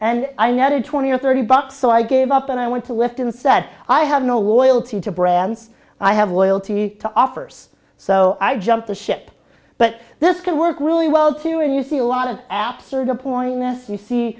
and i netted twenty or thirty bucks so i gave up and i went to left and said i have no loyalty to brands i have loyalty to offers so i jumped the ship but this can work really well too and you see a lot of